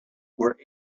were